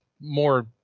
more